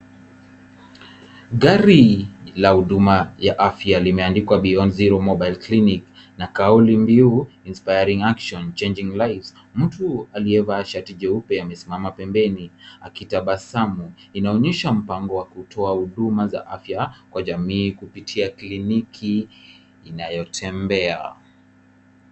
Gari la huduma ya afya limeandikwa Beyond Zero Mobile Clinic na kauli mbiu inspiring action, changing lives . Mtu aliyevaa shati jeupe amesimama pembeni akitabasamu. Inaonyesha mpango wa kutoa huduma za afya kwa jamii kupitia kliniki inayotembea.